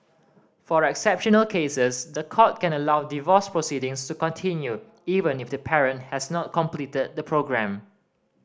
for exceptional cases the court can allow divorce proceedings to continue even if the parent has not completed the programme